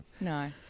No